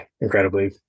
incredibly